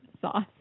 sauce